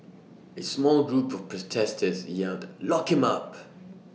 A small group of protesters yelled lock him up